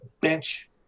bench